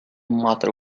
matter